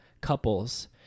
couples